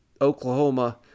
Oklahoma